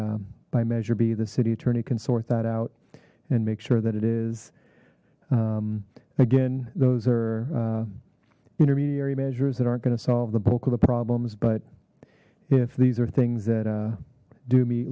by by measure b the city attorney can sort that out and make sure that it is again those are intermediary measures that aren't going to solve the bulk of the problems but if these are things that do me